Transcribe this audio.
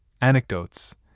anecdotes